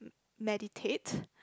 meditate